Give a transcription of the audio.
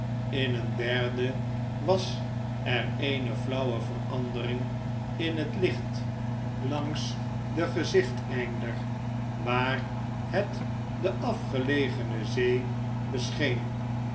in een derde was er eene flauwe verandering in het licht langs den gezichteinder waar het de afgelegene zee